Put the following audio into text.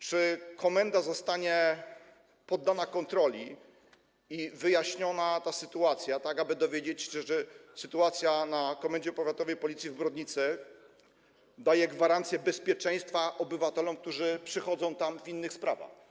Czy komenda zostanie poddana kontroli i czy zostanie wyjaśniona ta sytuacja, tak aby dowiedzieć się, czy sytuacja w Komendzie Powiatowej Policji w Brodnicy daje gwarancję bezpieczeństwa obywatelom, którzy przychodzą tam w innych sprawach?